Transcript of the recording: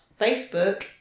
Facebook